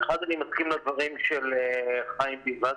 אחד, אני מסכים לדברים של חיים ביבס,